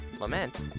lament